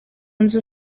nzu